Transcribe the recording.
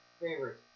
favorite